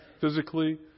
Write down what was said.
physically